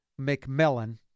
McMillan